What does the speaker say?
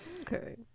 Okay